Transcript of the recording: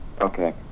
Okay